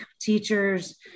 teachers